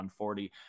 140